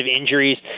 injuries